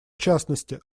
частности